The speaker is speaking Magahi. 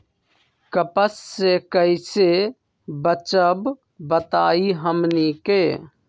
कपस से कईसे बचब बताई हमनी के?